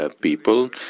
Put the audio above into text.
people